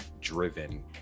driven